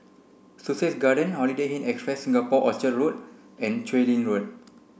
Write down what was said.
Sussex Garden Holiday Inn Express Singapore Orchard Road and Chu Lin Road